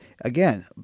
again